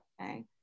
okay